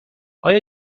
آیا